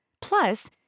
Plus